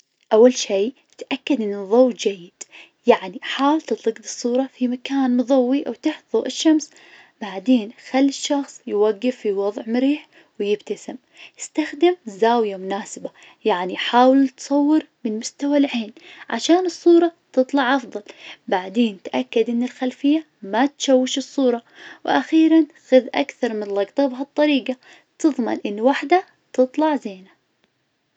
أول شي تأكد إن الضو جيد. يعني حاول تلتقط الصورة في مكان مضوي أو تحت ضوء الشمس. بعدين، خلي الشخص يوقف في وضع مريح ويبتسم, استخدم زاوية مناسبة, يعني حاول تصور من مستوى العين, عشان الصورة تطلع أفضل, بعدين، تأكد أن الخلفية ما تشوش الصورة, وأخيرا، خذ أكثر من لقطة بهالطريقة تضمن إن واحدة تطلع زينة.